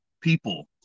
people